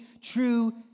true